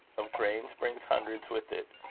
of grains brings hundreds with it,